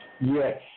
Yes